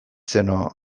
zeno